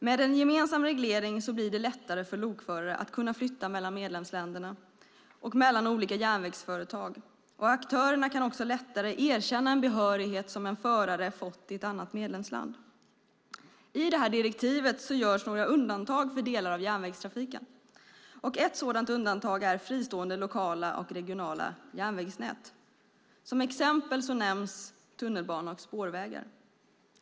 Med en gemensam reglering blir det lättare för lokförare att kunna flytta mellan medlemsländerna och mellan olika järnvägsföretag. Aktörerna kan också lättare erkänna en behörighet som en förare har fått i ett annat medlemsland. I detta direktiv görs några undantag för delar av järnvägstrafiken. Ett sådant undantag är fristående lokala och regionala järnvägsnät. Som exempel nämns tunnelbana och spårvägar.